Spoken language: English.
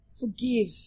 Forgive